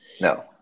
No